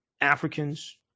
Africans